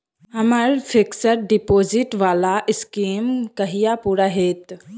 हम्मर fixed deposit वला scheme कहिया पूरा हैत?